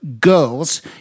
girls